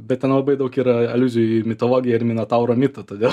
betten labai daug yra aliuzijų į mitologiją ir minatauro mitą todėl